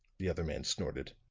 the other man snorted.